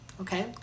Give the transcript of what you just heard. okay